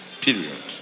period